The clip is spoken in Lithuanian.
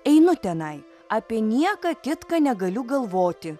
einu tenai apie nieką kitką negaliu galvoti